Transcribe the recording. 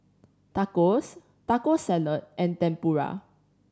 Tacos Taco Salad and Tempura